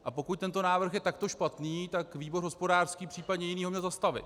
A pokud tento návrh je takto špatný, tak výbor hospodářský, případně jiný ho měl zastavit.